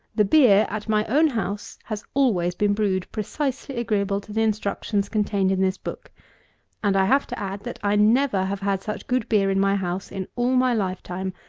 the beer at my own house has always been brewed precisely agreeable to the instructions contained in this book and i have to add, that i never have had such good beer in my house in all my lifetime,